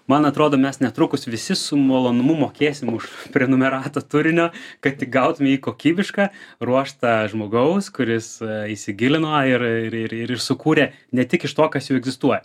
man atrodo mes netrukus visi su malonumu mokėsim už prenumeratą turinio kad tik gautume jį kokybišką ruoštą žmogaus kuris įsigilino ir ir ir sukūrė ne tik iš to kas jau egzistuoja